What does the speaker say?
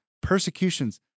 persecutions